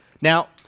Now